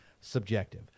subjective